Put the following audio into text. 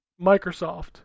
Microsoft